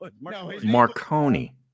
Marconi